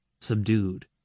subdued